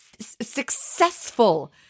successful